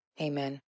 Amen